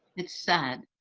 it's sad.